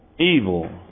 evil